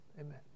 amen